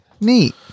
Neat